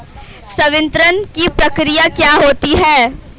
संवितरण की प्रक्रिया क्या होती है?